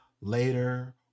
later